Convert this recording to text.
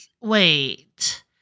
wait